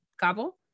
Cabo